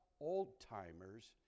old-timers